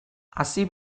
hasi